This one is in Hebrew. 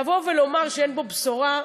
לבוא ולומר שאין בו בשורה,